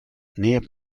near